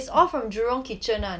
is all from jurong kitchen [one]